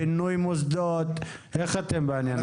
בינוי מוסדות, איך אתם בעניין הזה?